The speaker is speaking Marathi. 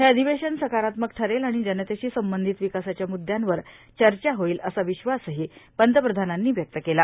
हे अधिवेशन सकारात्मक ठरेल आणि जनतेशी संबंधित विकासाच्या मुद्यांवर चर्चा होईल असा विश्वासही पंतप्रधानांनी व्यक्त केला